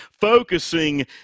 focusing